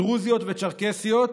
דרוזיות וצ'רקסיות: